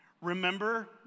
Remember